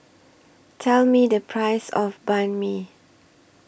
Tell Me The Price of Banh MI